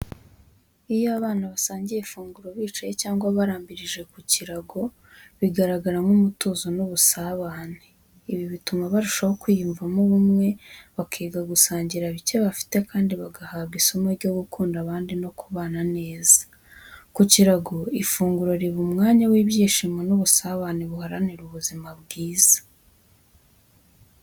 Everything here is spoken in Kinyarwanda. Iyo abana basangiye ifunguro bicaye cyangwa barambirije ku kirago, bigaragara nk’umutuzo n’ubusabane. Ibi bituma barushaho kwiyumvamo ubumwe, bakiga gusangira bike bafite kandi bagahabwa isomo ryo gukunda abandi no kubana neza. Ku kirago, ifunguro riba umwanya w’ibyishimo n’ubusabane buharanira ubuzima bwiza.